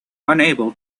unable